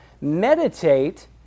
Meditate